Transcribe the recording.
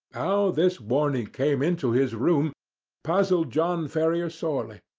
how this warning came into his room puzzled john ferrier sorely,